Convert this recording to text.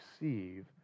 receive